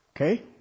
Okay